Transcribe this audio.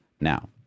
Now